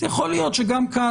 אז יכול להיות שגם כאן,